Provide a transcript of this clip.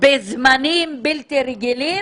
בזמנים בלתי רגילים